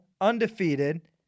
undefeated